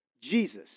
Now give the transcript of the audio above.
Jesus